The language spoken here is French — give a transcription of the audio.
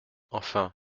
enfin